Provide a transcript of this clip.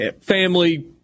family